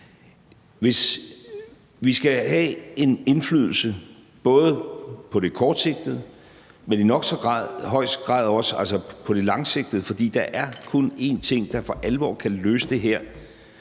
det. Vi skal have en indflydelse, både kortsigtet, men i nok så høj grad også langsigtet. For der er kun én ting, der for alvor kan løse det her,